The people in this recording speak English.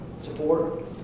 Support